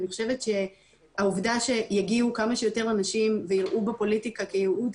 אני חושבת שהעובדה שיגיעו כמה שיותר אנשים ויראו בפוליטיקה כייעוד,